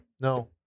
No